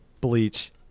bleach